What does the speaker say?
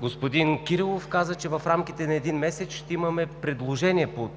Господин Кирилов каза, че в рамките на един месец ще имаме предложение по